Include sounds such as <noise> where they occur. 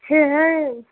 <unintelligible>